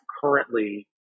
currently